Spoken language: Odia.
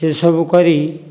ସେଇ ସବୁ କରି